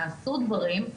נעשו דברים,